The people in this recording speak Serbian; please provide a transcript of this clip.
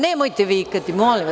Nemojte vikati, molim vas.